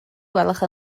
gwelwch